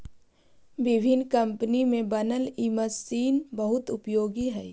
विभिन्न कम्पनी में बनल इ मशीन बहुत उपयोगी हई